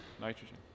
nitrogen